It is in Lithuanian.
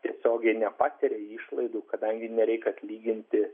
tiesiogiai nepatiria išlaidų kadangi nereik atlyginti